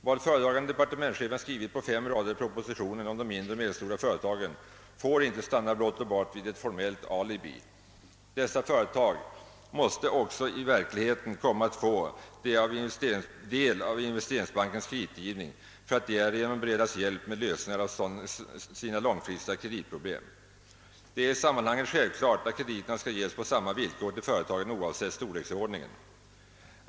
Vad föredragande departementschefen skrivit på fem rader i propositionen om de mindre och medelstora företagen får inte stanna blott och bart vid att bli ett formellt alibi. Dessa företag måste också i verkligheten komma att få del av investeringsbankens kreditgivning för att därigenom beredas hjälp med lösningar av sina långfristiga kreditproblem. Det är i sammanhanget självklart att krediterna skall ges på samma villkor till företagen oavsett storleksordningen.